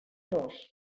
dos